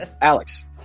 Alex